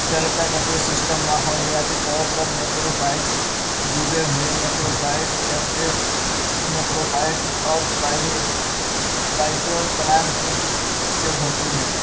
ڈل کا ecosystem ماحولیاتی طور پر میکروفائٹس ڈوبے ہوئے میکروفائٹس تیرتے میکروفائٹس اور فائٹو پلانٹنگ سے بھرپور ہے